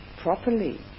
properly